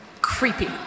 creepy